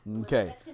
Okay